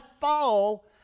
fall